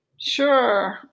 Sure